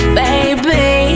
baby